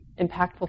impactful